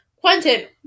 Quentin